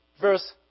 verse